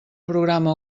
programa